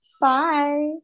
Bye